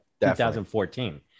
2014